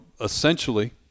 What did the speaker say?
essentially